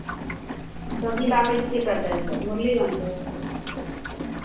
सबजी लाबै छियै कतयसँ मुरलीगंजसँ